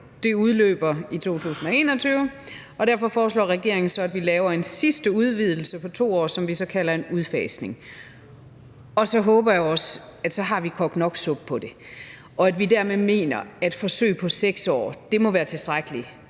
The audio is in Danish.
Det udløber i 2021. Derfor foreslår regeringen så, at vi laver en sidste udvidelse på 2 år, hvilket kaldes en udfasning. Og så håber jeg også, at vi har kogt nok suppe på det. Dermed mener vi, at et forsøg på 6 år må være tilstrækkeligt